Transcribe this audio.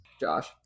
Josh